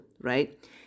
right